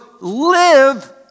live